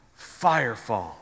firefall